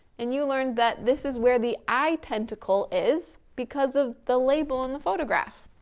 and you learned that, this is where the eye tentacle is, because of the label on the photograph.